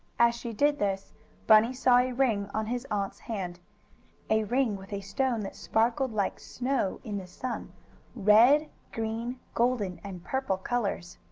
as she did this bunny saw a ring on his aunt's hand a ring with a stone that sparkled like snow in the sun red, green, golden and purple colors.